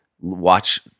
watch